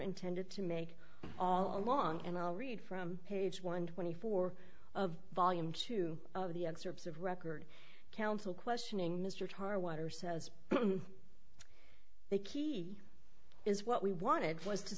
intended to make all along and i'll read from page one twenty four of volume two of the excerpts of record counsel questioning mr tar water says the key is what we wanted